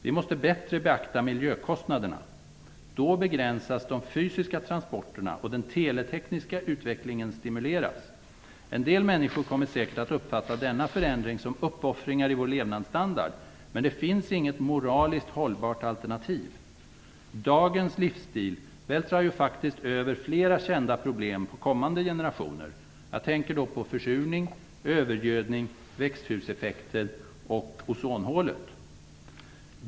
Vi måste bättre beakta miljökostnaderna. Då begränsas de fysiska transporterna och den teletekniska utvecklingen stimuleras. En del människor kommer säkert att uppfatta denna förändring som uppoffringar i vår levnadsstandard, men det finns inget moraliskt hållbart alternativ. Dagens livsstil vältrar ju faktiskt över flera kända problem på kommande generationer. Jag tänker då på försurning, övergödning, växthuseffekten och ozonhålet.